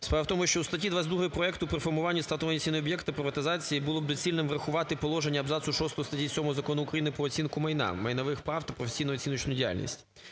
Справа в тому, що у статті 22 проекту при формуванні стартової ціни об'єкту приватизації було б доцільним врахувати положення абзацу 6 статті 7 Закону України "Про оцінку майна, майнових прав та професійну оціночну діяльність".